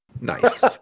nice